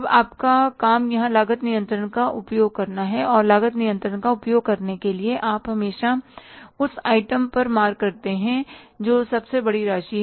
अब आपका काम यहां लागत नियंत्रण का उपयोग करना है और लागत नियंत्रण का उपयोग करने के लिए आप हमेशा उस आइटम पर मार करते हैं जो सबसे बड़ी राशि है